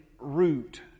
root